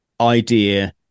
idea